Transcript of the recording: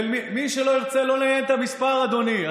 מי שלא ירצה, לא ינייד את המספר, אדוני.